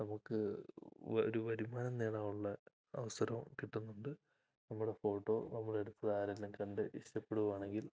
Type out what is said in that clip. നമുക്ക് ഒരു വരുമാനം നേടാനുള്ള അവസരവും കിട്ടുന്നുണ്ട് നമ്മുടെ ഫോട്ടോ നമ്മളെടുത്തത് ആരെല്ലാം കണ്ട് ഇഷ്ടപ്പെടുവാണെങ്കിൽ